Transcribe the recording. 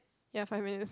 ya five minutes